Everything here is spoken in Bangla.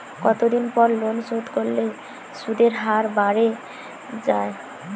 কতদিন পর লোন শোধ করলে সুদের হার বাড়ে য়ায়?